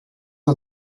was